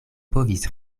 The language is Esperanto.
povis